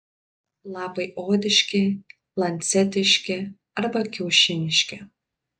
lapai odiški lancetiški arba kiaušiniški